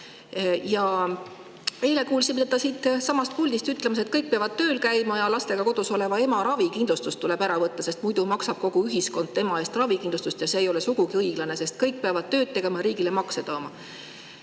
kuulsime ministrit siitsamast puldist ütlemas, et kõik peavad tööl käima ja lastega kodus oleva ema ravikindlustus tuleb ära võtta, sest muidu maksab kogu ühiskond tema eest ravikindlustust ja see ei ole sugugi õiglane. Kõik peavad tööd tegema ja riigile maksuraha